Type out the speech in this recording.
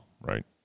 right